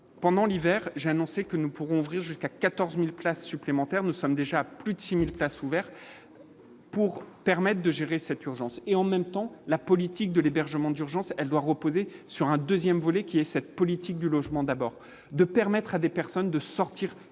pendant l'hiver, j'ai annoncé que nous pourrons ouvrir jusqu'à 14000 places supplémentaires, nous sommes déjà plus de 6000 places ouvertes pour permettent de gérer cette urgence et en même temps, la politique de l'hébergement d'urgence, elle doit reposer sur un 2ème volet qui est cette politique du logement d'abord de permettre à des personnes de sortir